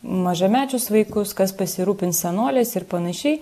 mažamečius vaikus kas pasirūpins senoliais ir panašiai